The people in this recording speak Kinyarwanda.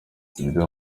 ibyo